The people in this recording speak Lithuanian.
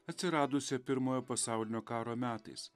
atsiradusią pirmojo pasaulinio karo metais